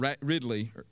Ridley